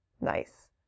Nice